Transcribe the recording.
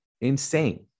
Insane